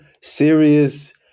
serious